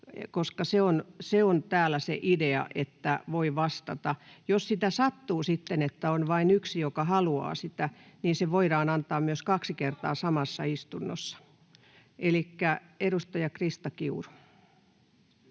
koska se on täällä se idea, että voi vastata. Jos sitä sattuu sitten, että on vain yksi, joka haluaa, niin se voidaan antaa myös kaksi kertaa samassa istunnossa. — Elikkä edustaja Krista Kiuru. [Speech